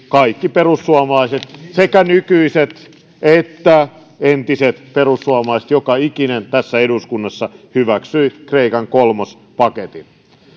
kaikki perussuomalaiset sekä nykyiset että entiset perussuomalaiset joka ikinen tässä eduskunnassa hyväksyivät kreikan kolmospaketin